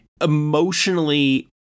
emotionally